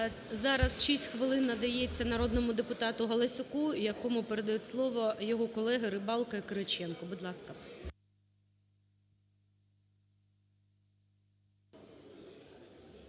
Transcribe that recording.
Зараз 6 хвилин надається народному депутату Галасюку, якому передають слово його колеги Рибалка і Кириченко. Будь ласка.